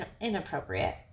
Inappropriate